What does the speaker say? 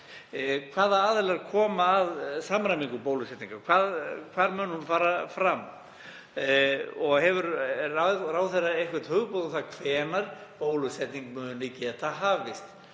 Hvaða aðilar koma að samræmingu bólusetningar? Hvar mun hún fara fram? Hefur ráðherra eitthvert hugboð um hvenær bólusetning muni geta hafist